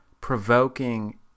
provoking